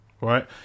right